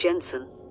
Jensen